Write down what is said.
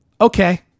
okay